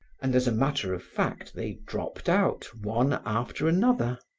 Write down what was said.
and, as a matter of fact, they dropped out one after another.